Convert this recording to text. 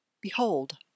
Behold